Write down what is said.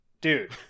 Dude